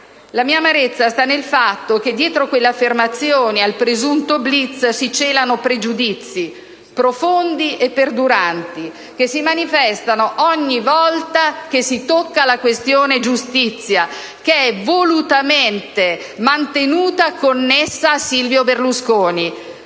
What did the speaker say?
La mia amarezza sta nel fatto che dietro quelle affermazioni, al presunto *blitz*, si celano pregiudizi, profondi e perduranti, che si manifestano ogni volta che si tocca la questione giustizia, che è volutamente mantenuta connessa a Silvio Berlusconi.